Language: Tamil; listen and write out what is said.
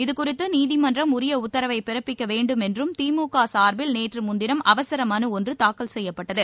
இதுகுறித்து நீதிமன்றம் உரிய உத்தரவை பிறப்பிக்க வேண்டும் என்றும் திமுக சார்பில் நேற்று முன்தினம் அவசர மனு ஒன்று தாக்கல் செய்யப்பட்டது